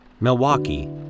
Milwaukee